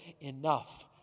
enough